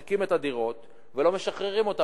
מחזיק את הדירות ולא משחרר אותן.